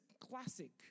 Classic